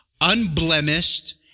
unblemished